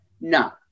no